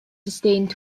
sustained